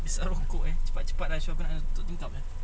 hisap rokok eh cepat cepat ah [siol] aku nak tutup tingkap jap